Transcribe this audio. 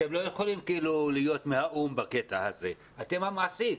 אתם לא יכולים להיות מהאו"ם בקטע הזה, אתם המעסיק.